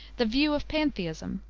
the view of pantheism,